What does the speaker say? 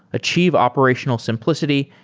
achieve operational simplicity,